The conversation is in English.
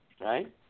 right